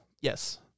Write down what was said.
Yes